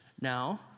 now